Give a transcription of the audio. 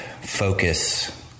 focus